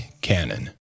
Canon